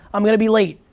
i'm gonna be late,